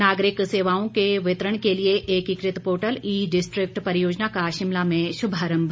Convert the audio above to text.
नागरिक सेवाओं के वितरण के लिए एकीकृत पोर्टल ई डिस्ट्रिक्ट परियोजना का शिमला में शुभारंभ